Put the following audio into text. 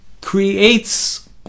creates